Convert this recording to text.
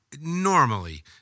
normally